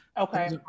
okay